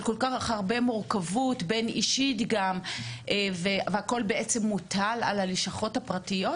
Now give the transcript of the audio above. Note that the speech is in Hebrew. של כל כך הרבה מורכבות בין אישית כשהכול בעצם מוטל על הלשכות הפרטיות,